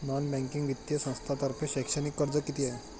Non banking वित्तीय संस्थांतर्फे शैक्षणिक कर्ज किती आहे?